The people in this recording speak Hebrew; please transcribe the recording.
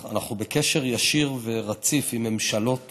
אנחנו בקשר ישיר ורציף עם ממשלות